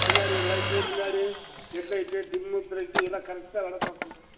பின்னாடி ஒரு லைட்டு முன்னாடி ஹெட் லைட்டு டிம்மு ஃப்ரன்ட்டு எல்லாம் கரெக்டாக வேலை பார்க்குங்க